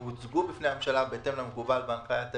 הן הוצגו בפני הממשלה בהתאם למקובל בהנחיית היועץ,